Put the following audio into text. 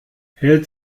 hält